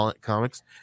comics